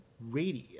Radio